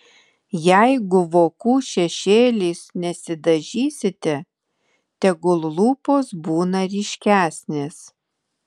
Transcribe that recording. jeigu vokų šešėliais nesidažysite tegul lūpos būna ryškesnės